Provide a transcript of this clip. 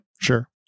Sure